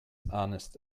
honest